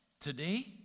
Today